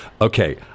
Okay